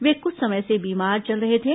वे कुछ समय से बीमार चल रहे थे